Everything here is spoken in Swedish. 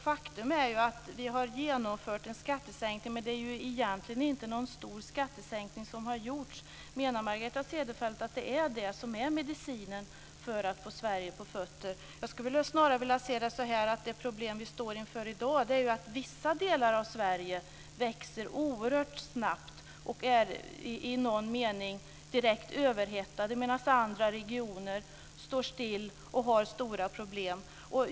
Faktum är att vi har genomfört en skattesänkning, men det är ju egentligen inte någon stor skattesänkning som har gjorts. Menar Margareta Cederfelt att det är skattesänkningar som är medicinen för att få Sverige på fötter? Jag skulle snarare vilja säga att det problem som vi står inför i dag är att vissa delar av Sverige växer oerhört snabbt och i någon mening är direkt överhettade, medan andra regioner står still och har stora problem.